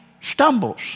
stumbles